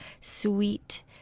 sweet